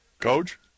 coach